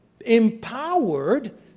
empowered